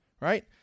right